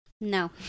no